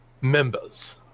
members